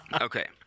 Okay